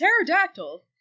pterodactyl